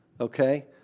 Okay